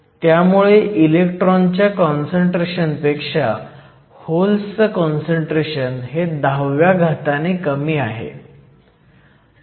त्यामुळे इलेक्ट्रॉनच्या काँसंट्रेशन पेक्षा होल्सचं काँसंट्रेशन हे दहाव्या घाताने कमी आहे